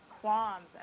qualms